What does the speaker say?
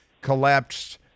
collapsed